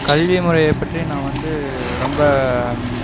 கல்வி முறையைப்பற்றி நான் வந்து ரொம்ப